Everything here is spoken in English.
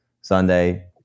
Sunday